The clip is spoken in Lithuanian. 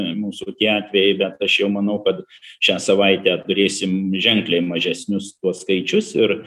mūsų tie atvejai bent aš jau manau kad šią savaitę turėsim ženkliai mažesnius tuos skaičius ir